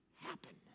happen